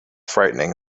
frightening